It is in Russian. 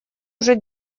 уже